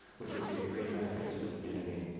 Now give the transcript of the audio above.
which would be a great benefit to the community.